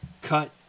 cut